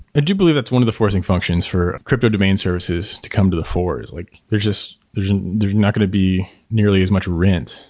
ah do believe it's one of the forcing functions for crypto domain services to come to the fore is like there's there's there's not going to be nearly as much rent,